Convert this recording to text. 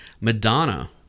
Madonna